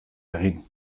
egin